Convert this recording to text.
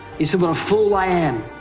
he said, what a fool i am.